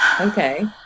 okay